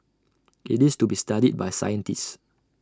IT is to be studied by scientists